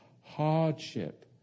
hardship